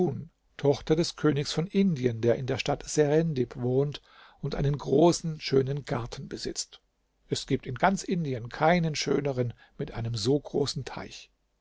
tochter des königs von indien der in der stadt serendib wohnt und einen großen schönen garten besitzt es gibt in ganz indien keinen schöneren mit einem so großen teich